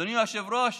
אדוני היושב-ראש,